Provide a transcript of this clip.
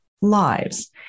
lives